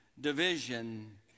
division